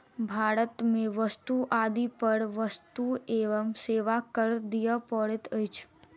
भारत में वस्तु आदि पर वस्तु एवं सेवा कर दिअ पड़ैत अछि